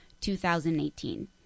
2018